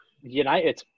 United